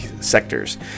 sectors